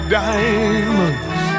diamonds